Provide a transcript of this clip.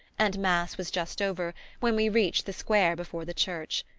and mass was just over when we reached the square before the church.